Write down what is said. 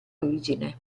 origine